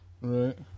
Right